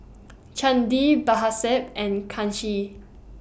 Chandi and Kanshi